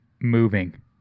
moving